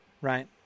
Right